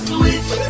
Switch